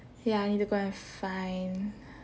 ya I need to go and find